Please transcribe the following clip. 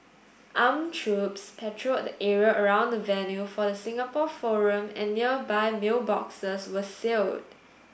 armed troops patrolled the area around the venue for the Singapore forum and nearby mailboxes were sealed